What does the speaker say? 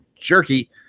Jerky